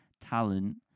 talent